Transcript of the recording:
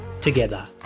together